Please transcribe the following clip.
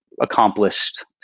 accomplished